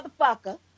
motherfucker